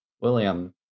William